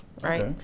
right